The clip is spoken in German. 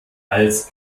als